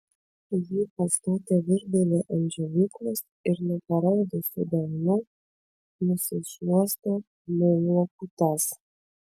ji pastatė virdulį ant džiovyklos ir nuo paraudusių delnų nusišluostė muilo putas